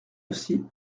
aussi